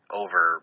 over